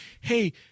Hey